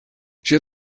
she